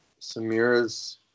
Samira's